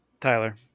Tyler